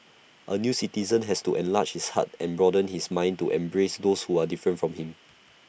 A new citizen has to enlarge his heart and broaden his mind to embrace those who are different from him